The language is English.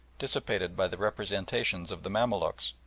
dissipated by the representations of the mamaluks,